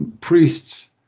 priests